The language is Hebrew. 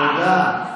תודה.